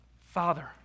Father